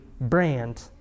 brand